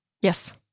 Yes